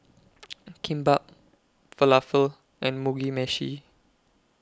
Kimbap Falafel and Mugi Meshi